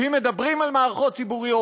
ואם מדברים על מערכות ציבוריות,